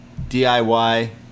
DIY